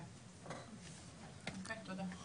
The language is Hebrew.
תודה.